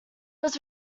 was